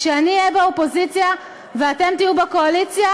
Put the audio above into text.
כשאהיה באופוזיציה ואתן תהיו בקואליציה,